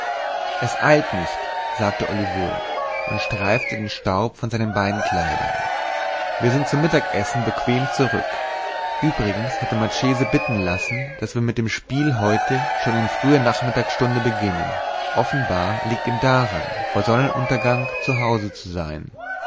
es eilt nicht sagte olivo und streifte den staub von seinen beinkleidern wir sind zum mittagessen bequem zurück übrigens hat der marchese bitten lassen daß wir mit dem spiel heute schon in früher nachmittagsstunde beginnen offenbar liegt ihm daran vor sonnenuntergang zu hause zu sein